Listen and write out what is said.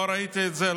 לא ראיתי את זה,